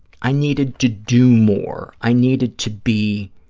i needed to do more, i needed to be